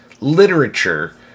Literature